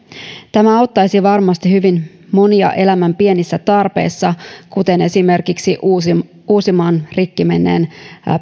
tämä auttaisi varmasti hyvin monia elämän pienissä tarpeissa kuten esimerkiksi uusimaan uusimaan rikki menneen